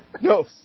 No